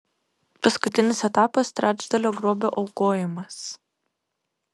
paskutinis etapas trečdalio grobio aukojimas